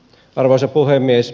arvoisa puhemies